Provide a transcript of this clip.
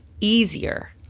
easier